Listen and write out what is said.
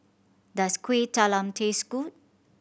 does Kueh Talam taste good